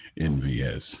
NVS